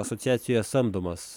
asociacijoje samdomas